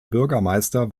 bürgermeister